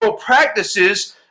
practices